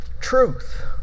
truth